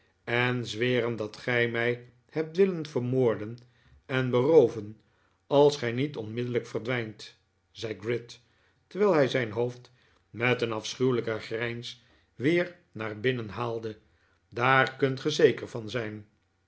en zweren dat gij mij hebt willen vermoorden en berooven als gij niet onmiddellijk verdwijnt zei gride terwijl hij zijn hoofd met een afschuwelijke grijns weer naar binnen haalde daar kunt ge zeker van zijn